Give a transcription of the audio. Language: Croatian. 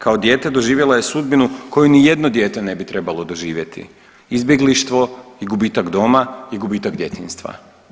Kao dijete doživjela je sudbinu koju nijedno dijete ne bi trebalo doživjeti, izbjeglištvo i gubitak doma i gubitak djetinjstva.